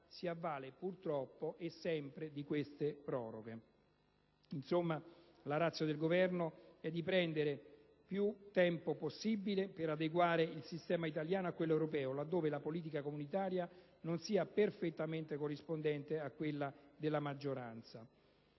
si avvale, purtroppo e sempre, delle proroghe. Insomma, la *ratio* del Governo è di prendere più tempo possibile per adeguare il sistema italiano a quello europeo laddove la politica comunitaria non sia perfettamente corrispondente a quella della maggioranza.